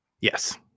Yes